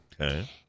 Okay